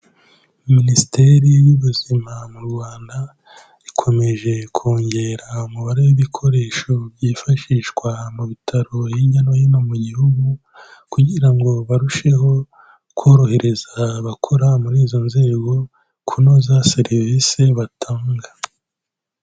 Minisiteri y'Ubuzima mu Rwanda, ikomeje kongera umubare w'ibikoresho byifashishwa mu bitaro hirya no hino mu gihugu kugira ngo barusheho korohereza abakora muri izo nzego, kunoza serivisi batanga.